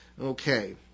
Okay